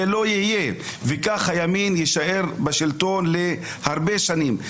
זה לא יהיה וכך הימין יישאר בשלטון להרבה שנים.